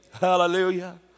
Hallelujah